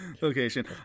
location